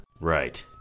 Right